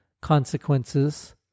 consequences